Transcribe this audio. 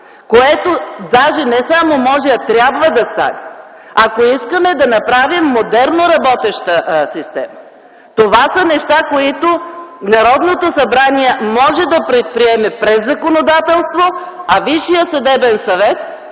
стане, не само може, а трябва да стане, ако искаме да направим модерна работеща система. Това са неща, които Народното събрание може да предприеме през законодателство, а Висшият съдебен съвет